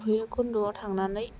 भैरबाकुन्द आव थांनानै